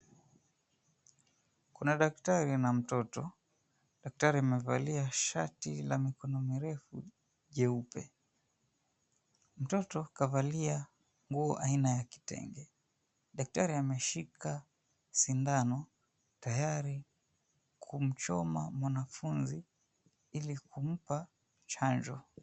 Kuna daktari na mtoto. Daktari amevalia shati la mikono mirefu jeupe. Mtoto kavalia nguo aina ya kitenge. Daktari ameshika sindano, tayari kumchoma mwanafunzi ili kumpa chanjo.